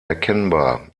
erkennbar